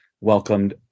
welcomed